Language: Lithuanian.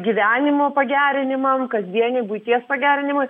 gyvenimo pagerinimam kasdienei buities pagerinimui